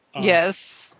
Yes